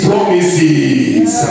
Promises